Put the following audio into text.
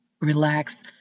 relax